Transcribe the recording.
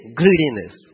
greediness